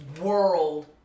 world